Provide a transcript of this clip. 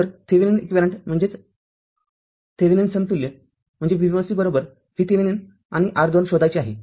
तरथेविनिन समतुल्य म्हणजे Voc VThevenin आणि R२ शोधायचे आहे